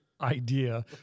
idea